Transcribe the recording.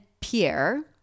Pierre